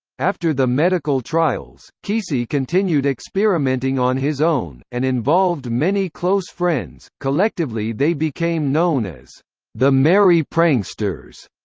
after the medical trials, kesey continued experimenting on his own, and involved many close friends collectively they became known as the merry pranksters.